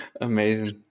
amazing